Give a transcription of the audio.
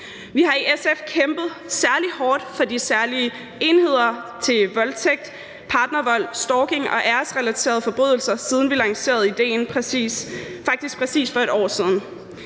Vi har i SF kæmpet særlig hårdt for de særlige enheder til voldtægt, partnervold, stalking og æresrelaterede forbrydelser, siden vi lancerede idéen for faktisk præcis 1 år siden.